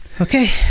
Okay